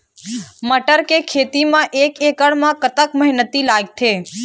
मटर के खेती म एक एकड़ म कतक मेहनती लागथे?